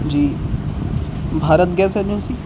G Bharat gas agency